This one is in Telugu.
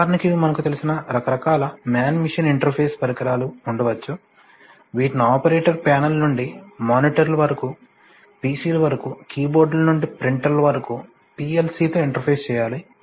ఉదాహరణకు ఇవి మనకు తెలిసిన రకరకాల మ్యాన్ మెషిన్ ఇంటర్ఫేస్ పరికరాలు ఉండవచ్చు వీటిని ఆపరేటర్ ప్యానెల్ల నుండి మానిటర్ల వరకు PCల వరకు కీ బోర్డుల నుండి ప్రింటర్ల వరకు PLCతో ఇంటర్ఫేస్ చేయాలి